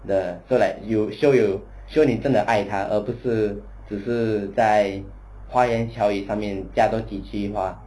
the so like you show you show 你真的爱他而不是只是在花言巧语上面加多几句话